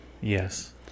Yes